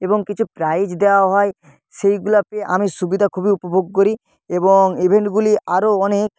এবং কিছু প্রাইজ দেওয়া হয় সেইগুলো পেয়ে আমি সুবিধা খুবই উপভোগ করি এবং ইভেন্টগুলি আরও অনেক